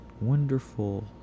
wonderful